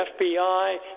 FBI